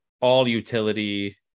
all-utility